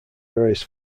various